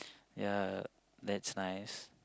ya that's nice